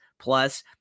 Plus